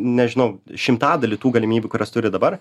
nežinau šimtadalį tų galimybių kurias turi dabar